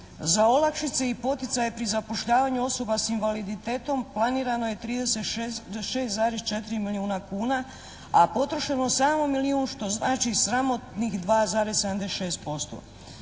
Za olakšice i poticaje pri zapošljavanju osoba s invaliditetom planirano je 36,4 milijuna kuna, a potrošeno samo milijun što znači sramotnih 2,76%.